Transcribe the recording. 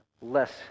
less